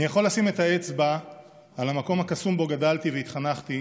אני יכול לשים את האצבע על המקום הקסום שבו גדלתי והתחנכתי,